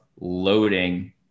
loading